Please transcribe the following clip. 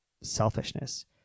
selfishness